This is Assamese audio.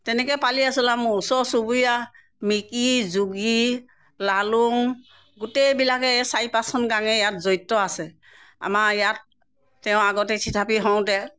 তেনেকৈ পালি আছে আৰু ওচৰ চুবুৰীয়া মিকি যোগী লালুং গোটেইবিলাকে এই চাৰি পাঁচখন গাঁৱে ইয়াত জড়িত আছে আমাৰ ইয়াত তেওঁ আগতে থিতাপি হওঁতে